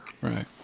right